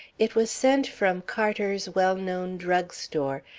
it was sent from carter's well-known drug store,